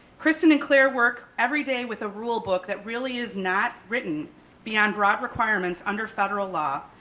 kristin and claire work every day with a rule book that really is not written beyond broad requirements under federal law,